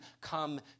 come